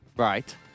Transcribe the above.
Right